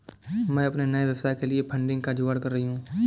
मैं अपने नए व्यवसाय के लिए फंडिंग का जुगाड़ कर रही हूं